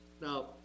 Now